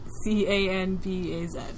C-A-N-B-A-Z